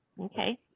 Okay